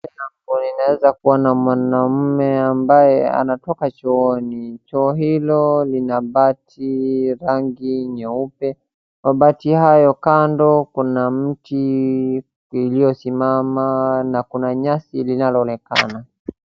Picha hii naeza kuona mwanaume ambaye anatoka chooni. Choo hilo lina bati rangi nyeupe, mabati hayo kando kuna mti uliosimama na kuna nyasi inayoonekana.